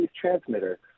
transmitter